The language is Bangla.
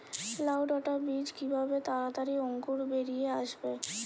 লাউ ডাটা বীজ কিভাবে তাড়াতাড়ি অঙ্কুর বেরিয়ে আসবে?